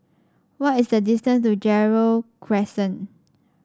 what is the distance to Gerald Crescent